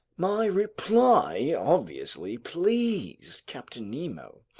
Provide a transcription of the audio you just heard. my reply obviously pleased captain nemo.